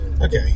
Okay